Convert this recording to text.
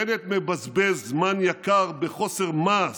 בנט מבזבז זמן יקר בחוסר מעש,